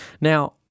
Now